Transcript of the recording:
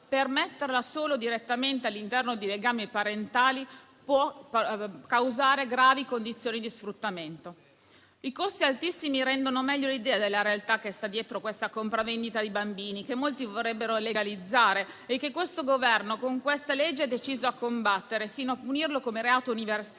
permetterla solo all'interno di legami parentali può causare gravi condizioni di sfruttamento. I costi altissimi rendono meglio l'idea della realtà che sta dietro questa compravendita di bambini, che molti vorrebbero legalizzare e che questo Governo con questa legge è deciso a combattere, fino a punirlo come reato universale,